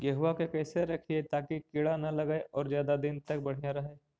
गेहुआ के कैसे रखिये ताकी कीड़ा न लगै और ज्यादा दिन तक बढ़िया रहै?